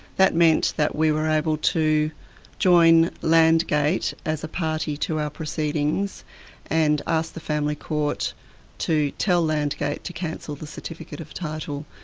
that meant that we were able to join landgate as a party to our proceedings and ask the family court to tell landgate to cancel the certificate of title,